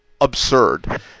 absurd